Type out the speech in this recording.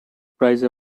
prize